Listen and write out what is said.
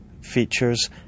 features